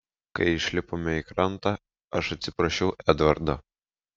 kai išlipome į krantą aš atsiprašiau edvardo